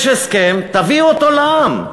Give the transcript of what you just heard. יש הסכם, תביאו אותו לעם.